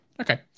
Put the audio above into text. Okay